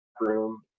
room